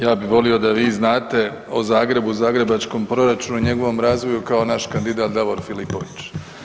Ja bih volio da vi znate o Zagrebu i zagrebačkom proračunu, njegovom razvoju kao naš kandidat Davor Filipović.